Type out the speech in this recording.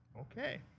okay